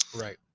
right